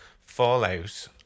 Fallout